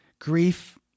Grief